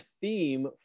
theme